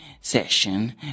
session